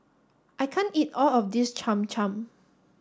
I can't eat all of this Cham Cham